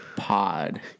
Pod